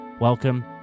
Welcome